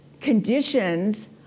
conditions